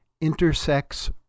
intersects